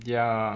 ya